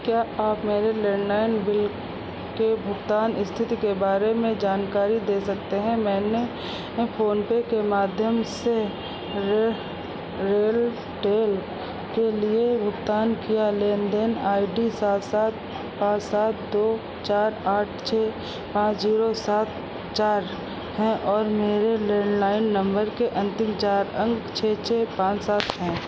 क्या आप मेरे लैंडलाइन बिल के भुगतान स्थिति के बारे में जानकारी दे सकते हैं मैंने फोनपे के माध्यम से रेलटेल के लिए भुगतान किया लेन देन आई डी सात सात पाँच सात दो चार आठ छः पाँच जीरो सात चार है और मेरे लैंडलाइन नंबर के अंतिम चार अंक छः छः पाँच सात हैं